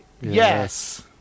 Yes